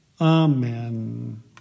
Amen